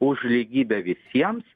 už lygybę visiems